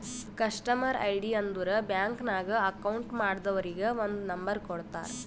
customer ID ಅಂದುರ್ bank ನಾಗ್ account ಮಾಡ್ದವರಿಗ್ ಒಂದ್ ನಂಬರ್ ಕೊಡ್ತಾರ್